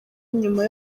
nyuma